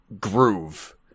groove